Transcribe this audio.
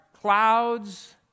clouds